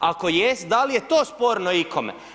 Ako jest, da li je to sporno ikome?